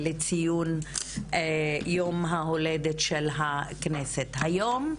לציון יום ההולדת של הכנסת היום.